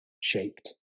shaped